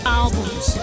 albums